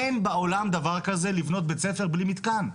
אין בעולם דבר כזה לבנות בית-ספר בלי מתקן.